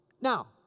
Now